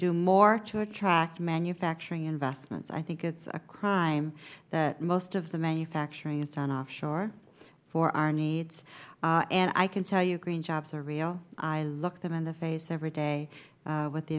do more to attract manufacturing investments i think it is a crime that most of the manufacturing is done offshore for our needs and i can tell you green jobs are real i look them in the face every day with the